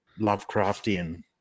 Lovecraftian